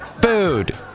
Food